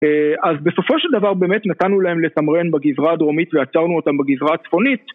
אז בסופו של דבר באמת נתנו להם לתמרן בגזרה הדרומית ועצרנו אותם בגזרה הצפונית